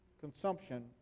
consumption